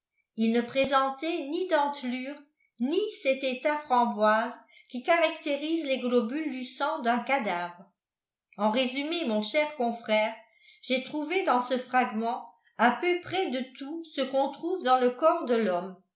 ils ne présentaient ni dentelures ni cet état framboise qui caractérise les globules du sang d'un cadavre en résumé mon cher confrère j'ai trouvé dans ce fragment à peu près de tout ce qu'on trouve dans le corps de l'homme